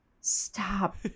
Stop